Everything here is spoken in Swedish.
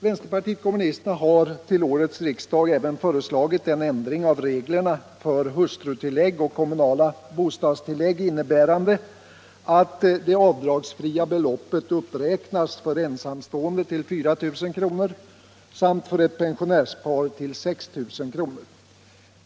Vänsterpartiet kommunisterna har till årets riksdag även föreslagit en ändring av reglerna för hustrutillägg och kommunala bostadstillägg, innebärande att det avdragsfria beloppet uppräknas för en samstående till 4 000 kr. samt för ett pensionärspar till 6 000 kr.